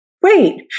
Wait